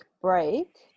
break